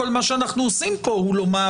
כל מה שאנו עושים פה הוא לומר: